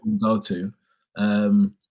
go-to